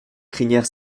crinière